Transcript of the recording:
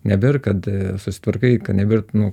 nebėr kad susitvarkai kad nebėr nu